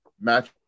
match